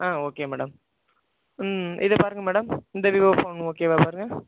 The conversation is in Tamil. ஓகே மேடம் இதை பாருங்கள் மேடம் இந்த விவோ ஃபோன் ஓகேவா பாருங்கள்